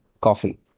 coffee